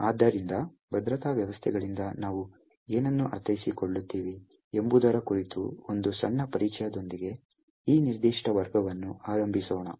ಆದ್ದರಿಂದ ಭದ್ರತಾ ವ್ಯವಸ್ಥೆಗಳಿಂದ ನಾವು ಏನನ್ನು ಅರ್ಥೈಸಿಕೊಳ್ಳುತ್ತೇವೆ ಎಂಬುದರ ಕುರಿತು ಒಂದು ಸಣ್ಣ ಪರಿಚಯದೊಂದಿಗೆ ಈ ನಿರ್ದಿಷ್ಟ ವರ್ಗವನ್ನು ಆರಂಭಿಸೋಣ